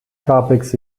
topics